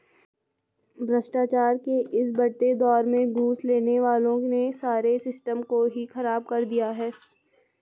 भ्रष्टाचार के इस बढ़ते दौर में घूस लेने वालों ने सारे सिस्टम को ही खराब कर दिया है